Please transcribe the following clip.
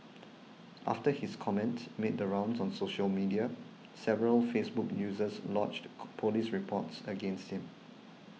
after his comment made the rounds on social media several Facebook users lodged police reports against him